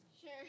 Sure